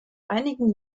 einigen